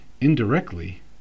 indirectly